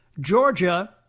Georgia